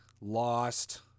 lost